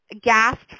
gasped